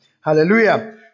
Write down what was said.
Hallelujah